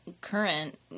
current